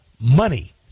money